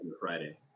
Friday